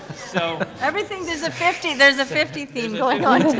so everything there's a fifty, there's a fifty theme going on